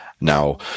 Now